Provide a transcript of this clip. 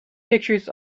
pictures